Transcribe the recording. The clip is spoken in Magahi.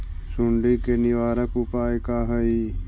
सुंडी के निवारक उपाय का हई?